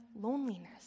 loneliness